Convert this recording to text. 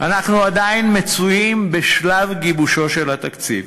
אנחנו עדיין מצויים בשלב גיבושו של התקציב,